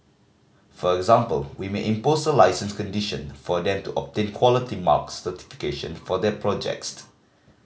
for example we may impose a licence condition for them to obtain Quality Marks certification for their project